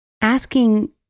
asking